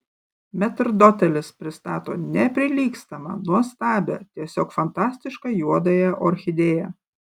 metrdotelis pristato neprilygstamą nuostabią tiesiog fantastišką juodąją orchidėją